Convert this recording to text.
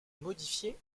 modifiée